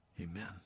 Amen